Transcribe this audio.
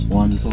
one